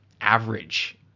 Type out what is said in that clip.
average